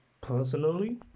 personally